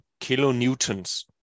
kilonewtons